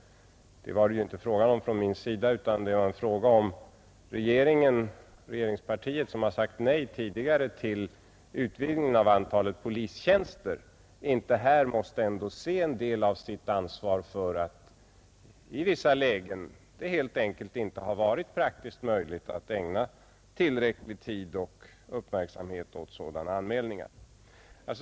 Det var det ju inte fråga om från min sida, utan det gällde om inte regeringspartiet och regeringen, som tidigare sagt nej till utökning av antalet polistjänster, här ändå måste se en del av sitt ansvar för att det i vissa lägen helt enkelt inte varit praktiskt möjligt att ägna tillräcklig tid och uppmärksamhet åt sådana anmälningar.